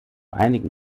einigen